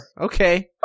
Okay